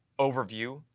overview,